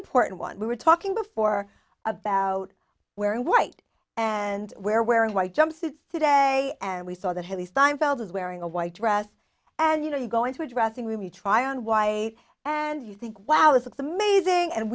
important one we were talking before about wearing white and where wearing white jumpsuits today and we saw that halle steinfeld is wearing a white dress and you know you go into a dressing room you try on y and you think wow it looks amazing and